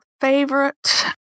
favorite